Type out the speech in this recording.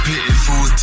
Pitiful